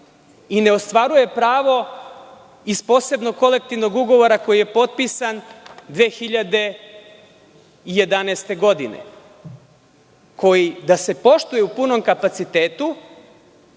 i ne ostvaruje pravo iz Posebnog kolektivnog ugovora koji je potpisan 2011. godine, koji da se poštuje u punom kapacitetu